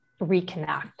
reconnect